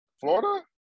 florida